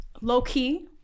low-key